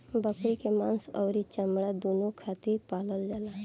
बकरी के मांस अउरी चमड़ा दूनो खातिर पालल जाला